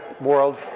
world